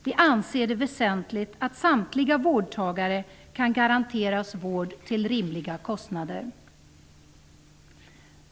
Vi anser det väsentligt att samtliga vårdtagare kan garanteras vård till rimliga kostnader.